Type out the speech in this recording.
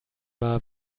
wahr